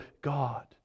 God